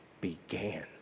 began